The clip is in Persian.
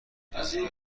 گزیده